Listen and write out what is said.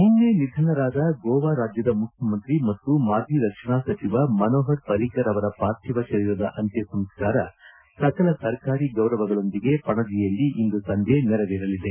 ನಿನ್ನೆ ನಿಧನರಾದ ಗೋವಾ ರಾಜ್ಯದ ಮುಖ್ಯಮಂತ್ರಿ ಮತ್ತು ಮಾಜಿ ರಕ್ಷಣಾ ಸಚಿವ ಮನೋಹರ್ ಪ್ರಿಕರ್ ಅವರ ಪಾರ್ಥಿವ ಶರೀರದ ಅಂತ್ಯ ಸಂಸ್ಕಾರ ಸಕಲ ಸರ್ಕಾರಿ ಗೌರವಗಳೊಂದಿಗೆ ಪಣಜಿಯಲ್ಲಿ ಇಂದು ಸಂಜೆ ನೆರವೇರಲಿದೆ